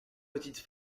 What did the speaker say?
petites